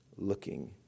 looking